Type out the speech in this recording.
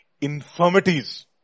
infirmities